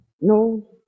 No